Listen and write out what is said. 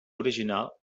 original